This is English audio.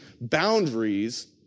boundaries